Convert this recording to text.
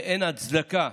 ואין הצדקה